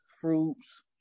fruits